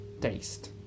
taste